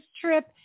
trip